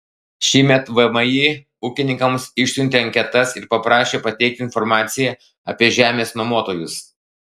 šįmet vmi ūkininkams išsiuntė anketas ir paprašė pateikti informaciją apie žemės nuomotojus